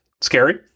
scary